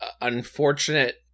unfortunate